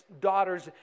daughters